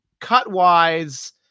Cut-wise